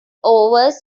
overs